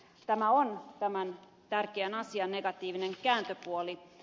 tämä on tämän tärkeän asian negatiivinen kääntöpuoli